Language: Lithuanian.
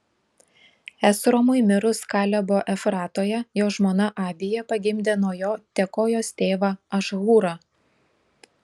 esromui mirus kalebo efratoje jo žmona abija pagimdė nuo jo tekojos tėvą ašhūrą